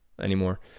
anymore